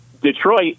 Detroit